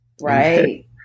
Right